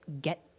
get